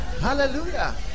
hallelujah